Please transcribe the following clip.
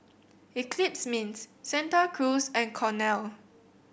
Eclipse Mints Santa Cruz and Cornell